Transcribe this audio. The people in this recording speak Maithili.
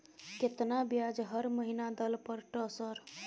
केतना ब्याज हर महीना दल पर ट सर?